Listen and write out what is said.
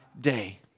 day